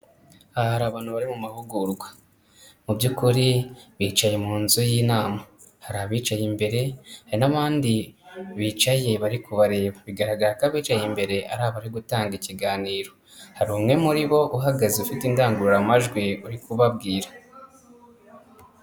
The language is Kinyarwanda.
Aha abantu bari mu mahugurwa mu by'ukuri bicaye mu nzu y'inama hari abicaye imbere hari n'abandi bicaye bari kubareba bigaragara ko bicaye imbere ari abari gutanga ikiganiro, hari umwe muri bo uhagaze ufite indangururamajwi uri kubabwira.